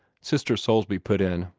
sister soulsby put in.